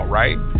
right